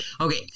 Okay